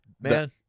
man